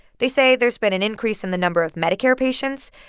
they say there's been an increase in the number of medicare patients,